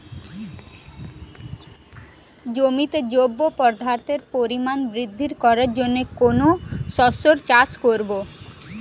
জমিতে জৈব পদার্থের পরিমাণ বৃদ্ধি করার জন্য কোন শস্যের চাষ করবো?